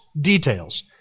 details